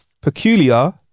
Peculiar